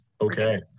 Okay